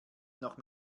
noch